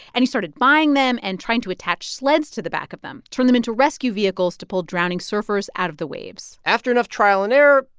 and he started buying them and trying to attach sleds to the back of them turn them into rescue vehicles to pull drowning surfers out of the waves after enough trial and error,